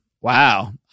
Wow